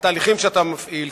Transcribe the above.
התהליכים שאתה מפעיל,